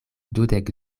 dudek